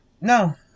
No